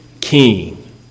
king